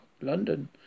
london